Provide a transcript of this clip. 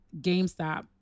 GameStop